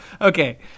Okay